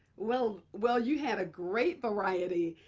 well, well, you had a great variety,